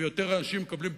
ויותר אנשים מקבלים פחות,